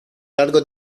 largo